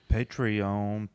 Patreon